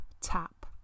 tap